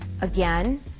Again